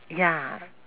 ya mm